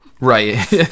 right